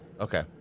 Okay